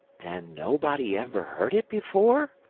then nobody ever heard it before?